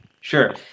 sure